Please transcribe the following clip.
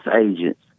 agents